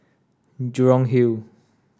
Jurong Hill